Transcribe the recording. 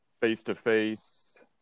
face-to-face